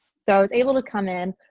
so i was able to come in,